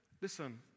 listen